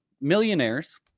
millionaires